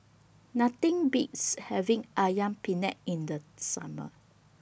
Nothing Beats having Ayam Penyet in The Summer